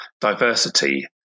diversity